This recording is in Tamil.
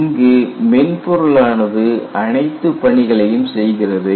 இங்கு மென்பொருளானது அனைத்து பணிகளையும் செய்கிறது